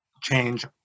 change